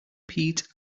peat